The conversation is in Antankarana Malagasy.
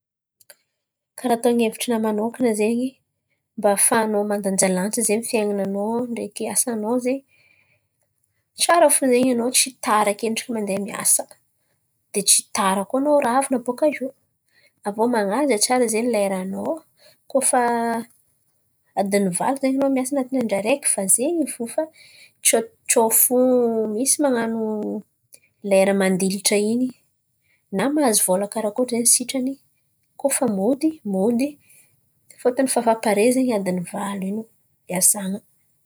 Karà ataony hevitrina manokana zen̈y, mba hahafahanao mandanjalanja zen̈y amy fiain̈ananao ndreky asanao zen̈y, tsara fo zen̈y tsy tara akendriky mandeha miasa de tsy tara koa anao ravan̈a bòka iô. Aviô man̈aja tsara zen̈y leranao. Koa fa adiny valo zen̈y anao miasa an̈atiny andra araiky efa zen̈y fo fa tsao tsao fo misy man̈ano lera mandilatra iny na mahazo vola karakôry zen̈y sitrany koa fa mody mody. Fôtony efa pare zen̈y adiny valo io iasan̈a.